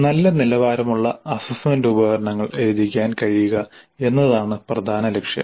നല്ല നിലവാരമുള്ള അസ്സസ്സ്മെന്റ് ഉപകരണങ്ങൾ രചിക്കാൻ കഴിയുക എന്നതാണ് പ്രധാന ലക്ഷ്യം